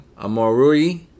Amorui